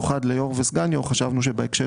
בקשה.